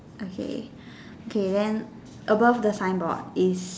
okay okay then above the signboard is